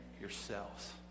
yourselves